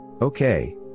Okay